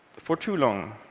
for too long,